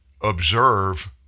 observe